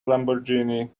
lamborghini